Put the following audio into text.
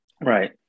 right